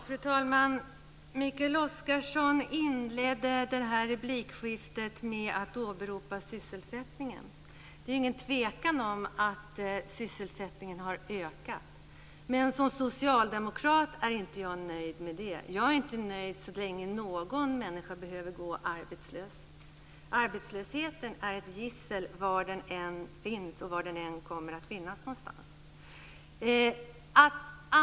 Fru talman! Mikael Oscarsson inledde replikskiftet med att åberopa sysselsättningen. Det är ingen tvekan om att sysselsättningen har ökat. Men som socialdemokrat är jag inte nöjd med det. Jag är inte nöjd så länge någon människa behöver gå arbetslös. Arbetslösheten är ett gissel var den än finns och var den än kommer att finnas någonstans.